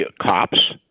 cops